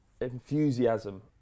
enthusiasm